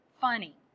funny